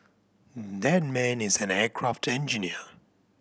that man is an aircraft engineer